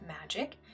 magic